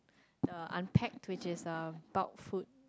the unpacked which is the bulked food